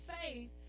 faith